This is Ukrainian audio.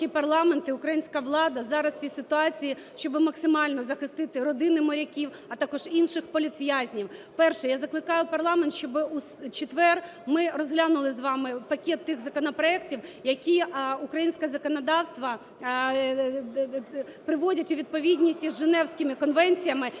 Я закликаю парламент, щоб у четвер ми розглянули з вами пакет тих законопроектів, які українське законодавство приводить у відповідність із Женевськими конвенціями